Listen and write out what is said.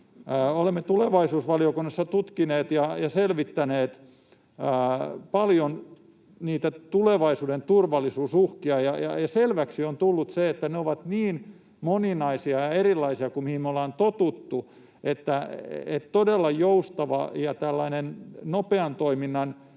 Olemme tulevaisuusvaliokunnassa tutkineet ja selvittäneet paljon tulevaisuuden turvallisuusuhkia, ja selväksi on tullut se, että ne ovat moninaisempia ja erilaisia kuin mihin me ollaan totuttu, eli joustava nopean toiminnan